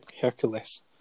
Hercules